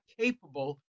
capable